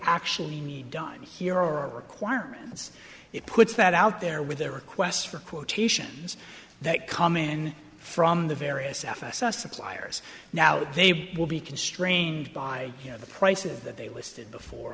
actually need done here or our requirements it puts that out there with their requests for quotations that come in from the various f s s suppliers now they will be constrained by you know the prices that they listed before